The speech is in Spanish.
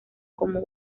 como